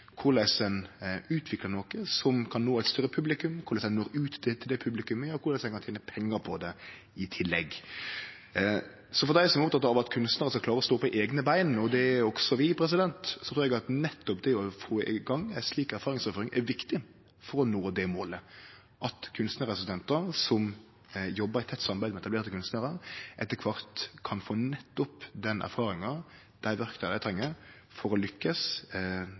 korleis ein utviklar noko som kan nå eit større publikum, korleis ein når ut til det publikummet, og korleis ein kan tene pengar på det i tillegg. Så for dei som er opptekne av at kunstnarar skal klare å stå på eigne bein – og det er også vi – trur eg at nettopp det å få i gang ei slik erfaringsoverføring er viktig for å nå det målet, at kunstnarassistentar som jobbar i tett samarbeid med etablerte kunstnarar, etter kvart kan få nettopp den erfaringa, dei verktøya dei treng for å lykkast